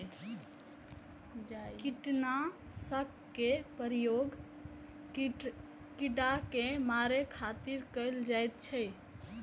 कीटनाशक के प्रयोग कीड़ा कें मारै खातिर कैल जाइ छै